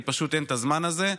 כי פשוט אין את הזמן הזה.